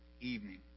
evening